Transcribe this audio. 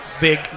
big